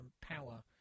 power